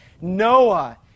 Noah